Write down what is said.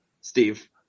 Steve